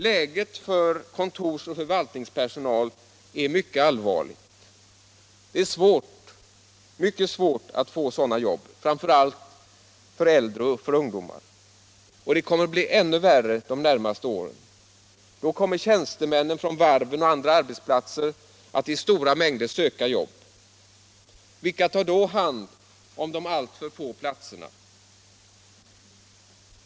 Läget för kontorsoch förvaltningspersonal är alltså mycket allvarligt. Det är utomordentligt svårt att få sådana jobb, framför allt för äldre och för ungdomar, och det kommer att bli ännu värre de närmaste åren. Då kommer tjänstemän från varven och andra arbetsplatser att i stora mängder söka arbete. Vilka tar då hand om de alltför få platserna?